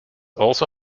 also